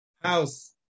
house